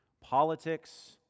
politics